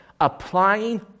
applying